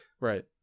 Right